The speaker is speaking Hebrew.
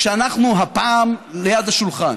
כשאנחנו, הפעם, ליד השולחן,